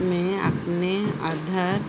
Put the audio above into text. मैं अपने अधार